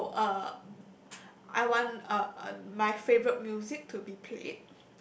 so uh I want uh uh my favourite music to be played